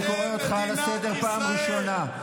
אני קורא אותך לסדר פעם ראשונה.